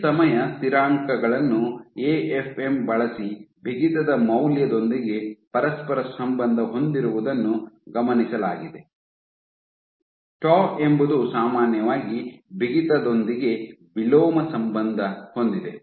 ಈ ಸಮಯ ಸ್ಥಿರಾಂಕಗಳನ್ನು ಎಎಫ್ಎಂ ಬಳಸಿ ಬಿಗಿತದ ಮೌಲ್ಯದೊಂದಿಗೆ ಪರಸ್ಪರ ಸಂಬಂಧ ಹೊಂದಿರುವುದನ್ನು ಗಮನಿಸಲಾಗಿದೆ ಟೌ ಎಂಬುದು ಸಾಮಾನ್ಯವಾಗಿ ಬಿಗಿತದೊಂದಿಗೆ ವಿಲೋಮ ಸಂಬಂಧ ಹೊಂದಿದೆ